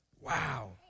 Wow